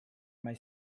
mai